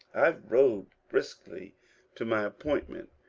i rode briskly to my appointment,